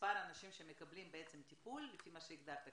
מספר האנשים שמקבלים טיפול לפי מה שהגדרת כרגע?